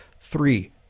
Three